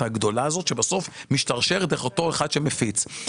הגדולה הזאת שבסוף משתרשרת דרך אותו אחד שמפיץ.